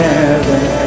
heaven